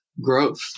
growth